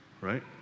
right